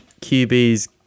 QBs